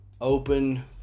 open